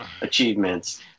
achievements